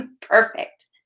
Perfect